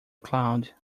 cloud